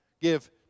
give